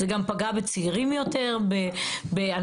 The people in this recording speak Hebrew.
כמו ארצית הברית,